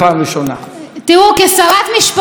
בינתיים, כי בינתיים